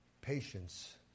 patience